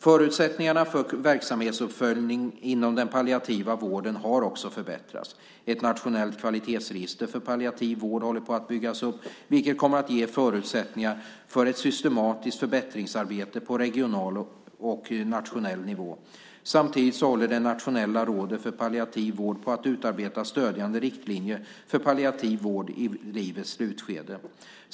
Förutsättningarna för verksamhetsuppföljning inom den palliativa vården har också förbättrats. Ett nationellt kvalitetsregister för palliativ vård håller på att byggas upp vilket kommer att ge förutsättningar för ett systematiskt förbättringsarbete på regional och nationell nivå. Samtidigt håller det nationella rådet för palliativ vård på att utarbeta stödjande riktlinjer för palliativ vård i livets slutskede.